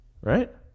right